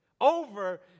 over